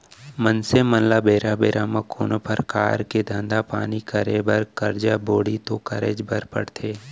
मनसे मन ल बेरा बेरा म कोनो परकार के धंधा पानी करे बर करजा बोड़ी तो करेच बर परथे